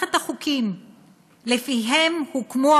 "מערכת החוקים לפיהם הוקמו,